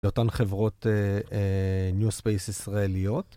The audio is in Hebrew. באותן חברות ניו ספייס ישראליות.